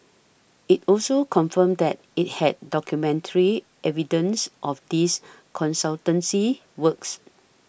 it also confirmed that it had documentary evidence of these consultancy works